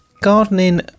gardening